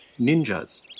ninjas